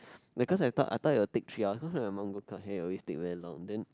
wait cause I thought I thought it'll take three hours those with longer hair will always take very long then